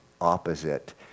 opposite